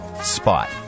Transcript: spot